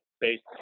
based